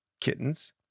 kittens